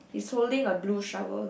he's holding a blue shovel